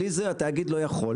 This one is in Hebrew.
בלי זה התאגיד לא יכול,